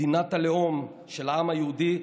מדינת הלאום של העם היהודי,